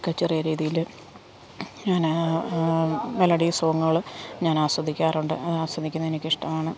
ഒക്കെ ചെറിയ രീതിയിൽ ഞാൻ മെലഡി സോങ്ങുകൾ ഞാൻ ആസ്വദിക്കാറുണ്ട് ആസ്വദിക്കുന്നത് എനിക്കിഷ്ടം ആണ്